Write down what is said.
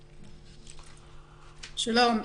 שלום.